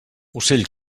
ocell